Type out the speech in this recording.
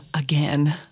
again